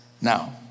Now